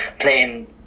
playing